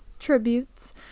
tributes